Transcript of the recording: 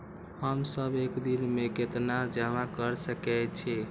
हम सब एक दिन में केतना जमा कर सके छी?